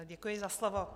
Děkuji za slovo.